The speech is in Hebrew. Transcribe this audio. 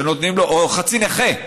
או חצי נכה.